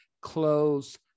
close